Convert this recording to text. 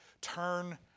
turn